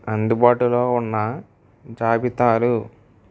అందుబాటులో ఉన్న జాబితాలు